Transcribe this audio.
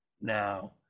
now